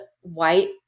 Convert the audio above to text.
white